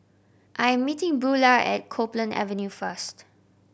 I am meeting Buelah at Copeland Avenue first